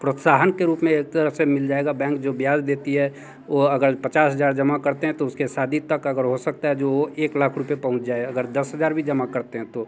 प्रोत्साहन के रूप में एक तरफ़ से मिल जाएगा बैंक जो ब्याज देता है वो अगर पचास हज़ार जमा करते हैं तो उसकी शादी तक अगर हो सकता है जो वो एक लाख रुपये पहुँच जाए अगर दस हज़ार भी जमा करते हैं तो